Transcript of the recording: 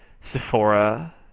Sephora